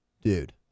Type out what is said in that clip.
dude